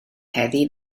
heddiw